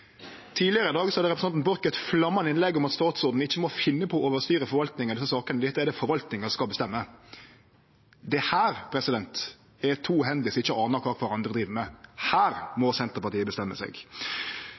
Tidlegare i dag hadde representanten Borch eit flammande innlegg om at statsråden ikkje må finne på å overstyre forvaltninga i desse sakene – dette er det forvaltninga som skal bestemme. Her er det to hender som ikkje aner kva den andre driv med. Her må